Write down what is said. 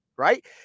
Right